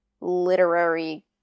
literary